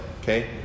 okay